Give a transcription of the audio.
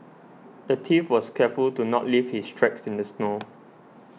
the thief was careful to not leave his tracks in the snow